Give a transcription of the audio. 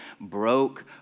broke